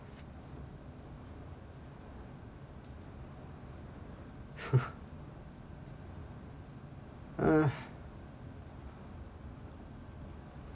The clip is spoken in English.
eh